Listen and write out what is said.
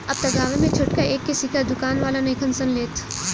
अब त गांवे में छोटका एक के सिक्का दुकान वाला नइखन सन लेत